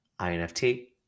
INFT